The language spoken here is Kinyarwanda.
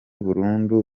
burundu